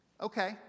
Okay